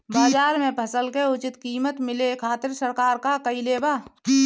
बाजार में फसल के उचित कीमत मिले खातिर सरकार का कईले बाऽ?